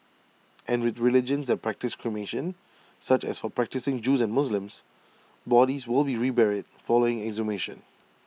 and with religions that practise cremation such as for practising Jews and Muslims bodies will be reburied following exhumation